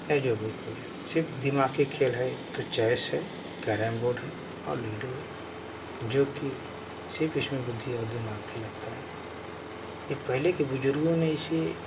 या जो भी खेल हो सिर्फ दिमाग का खेल है तो चेस है कैरम बोर्ड है और लूडो है जोकि सिर्फ इसमें बुद्धि और दिमाग लगता है यह पहले के बुज़ुर्गों ने इसे